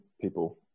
people